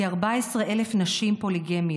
כ-14,000 נשים פוליגמיות.